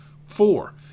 Four